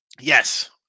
yes